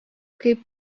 kaip